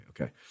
Okay